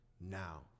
now